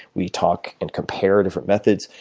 we talk and compare different methods.